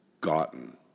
gotten